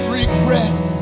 regret